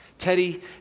Teddy